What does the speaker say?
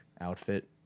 outfit